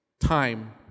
time